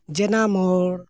ᱡᱮᱱᱟ ᱢᱳᱲ